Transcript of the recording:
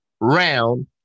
round